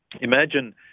imagine